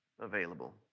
available